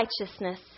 righteousness